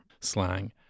slang